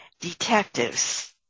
detectives